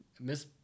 Miss